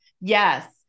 yes